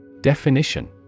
Definition